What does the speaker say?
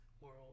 world